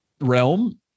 realm